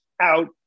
out